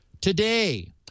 today